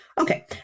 Okay